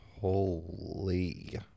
Holy